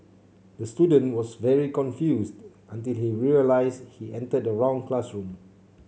the student was very confused until he realised he entered the wrong classroom